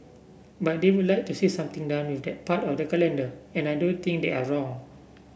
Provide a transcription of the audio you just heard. but they would like to see something done with that part of the calendar and I don't think they're wrong